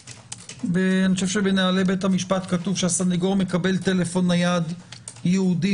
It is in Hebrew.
אני חושב שבנהלי בית המשפט כתוב שהסנגור מקבל טלפון נייד ייעודי